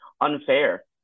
unfair